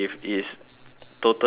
totally